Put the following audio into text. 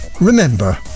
Remember